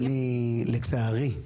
אני, לצערי,